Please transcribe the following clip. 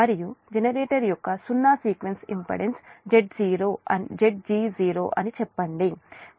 మరియు జనరేటర్ యొక్క సున్నా సీక్వెన్స్ ఇంపెడెన్స్ Zg0 అని చెప్పండి